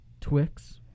Twix